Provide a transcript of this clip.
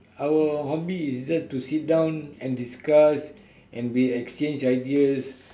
our hobby is just to sit down and discuss and we exchange ideas